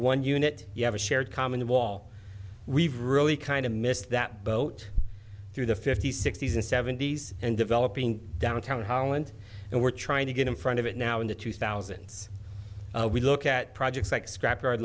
one unit you have a shared common the wall we've really kind of missed that boat through the fifty's sixty's and seventy's and developing downtown holland and we're trying to get in front of it now in the two thousands we look at projects like scrap